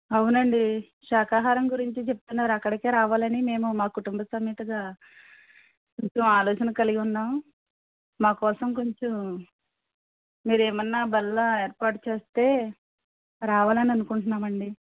అవునండి శాఖాహారం గురించి చెప్తున్నారు అక్కడికే రావాలని మేము మా కుటుంబ సమేతంగా ఇలా ఆలోచన కలిగి ఉన్నాం మా కోసం కొంచెం మీరేమన్నా బల్ల ఏర్పాటు చేస్తే రావాలని అనుకుంటున్నాం అండి